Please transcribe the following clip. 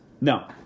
No